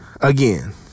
again